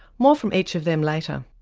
more from each of them later.